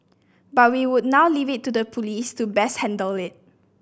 but we would now leave it to the police to best handle it